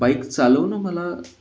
bike चालवणं मला